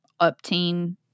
upteen